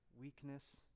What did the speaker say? weakness